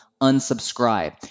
unsubscribe